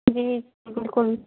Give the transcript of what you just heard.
جی بالکل